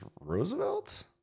Roosevelt